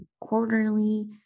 quarterly